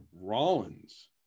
Rollins